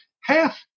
half